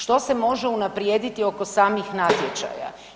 Što se može unaprijediti oko samih natječaja?